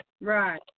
Right